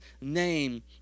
name